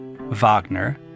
Wagner